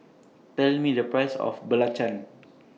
Tell Me The Price of Belacan